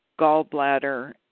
gallbladder